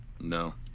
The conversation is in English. No